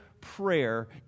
prayer